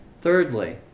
Thirdly